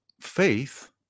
faith